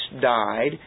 died